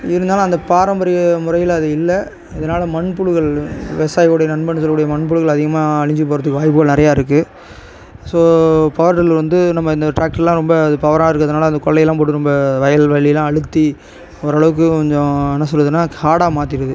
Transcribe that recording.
இருந்தாலும் அந்த பாரம்பரிய முறையில அது இல்லை இதனால் மண்புழுகள் விவசாயிகளுடைய நண்பன்னு சொல்லக்கூடிய மண்புழுக்கள் அதிகமாக அழிஞ்சு போகறத்துக்கு வாய்ப்புகள் நிறையா இருக்கு ஸோ பவர்டெல் வந்து நம்ம இந்த ட்ராக்டர்லாம் ரொம்ப இது பவராக இருக்கிறதுனால அந்த கொல்லையெல்லாம் போட்டு ரொம்ப வயல்வெளிலாம் அழுத்தி ஓரளவுக்கு கொஞ்சம் என்ன சொல்லுறதுன்னா காடாக மாற்றிடுது